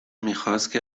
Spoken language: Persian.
میخواست